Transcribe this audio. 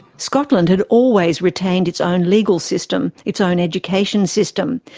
scotland had always retained its own legal system, its own education system,